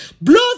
Blow